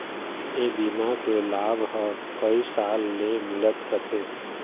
ए बीमा के लाभ ह कइ साल ले मिलत रथे